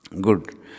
Good